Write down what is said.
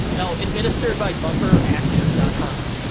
oh, administered by bumperactive com,